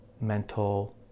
mental